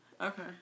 Okay